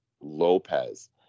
Lopez